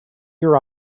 your